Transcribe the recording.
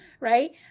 right